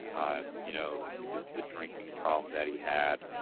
um you know the the drinking problem that he had.